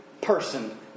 person